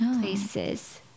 places